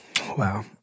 Wow